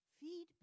feed